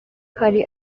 hari